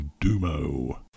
Dumo